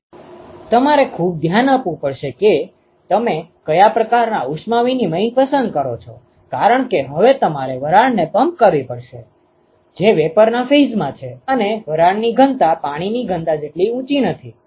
તેથી તમારે ખૂબ ધ્યાન રાખવું પડશે કે તમે કયા પ્રકારનાં ઉષ્મા વિનીમય પસંદ કરો છો કારણ કે હવે તમારે વરાળને પંપ કરવી પડશે જે વેપરના ફેઈઝમાં છે અને વરાળની ઘનતા પાણીની ઘનતા જેટલી ઊંચી નથી